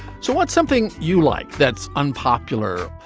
so what's something you like? that's unpopular.